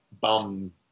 bum